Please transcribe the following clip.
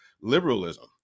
liberalism